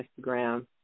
Instagram